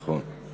נכון.